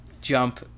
jump